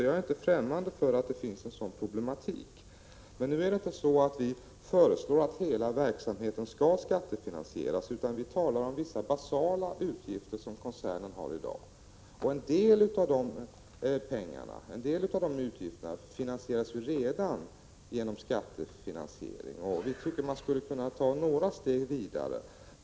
Jag är inte främmande för att det finns en sådan problematik. Men nu föreslår vi inte att hela programverksamheten skall skattefinansieras, utan vi talar om vissa basala utgifter som koncernen har i dag. En del av de utgifterna finanseras redan genom skatter. Vi tycker att man skulle kunna ta några steg vidare.